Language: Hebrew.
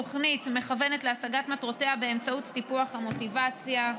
התוכנית מכוונת להשגת מטרותיה באמצעות טיפוח המוטיבציה,